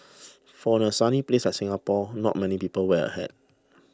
for a sunny place like Singapore not many people wear a hat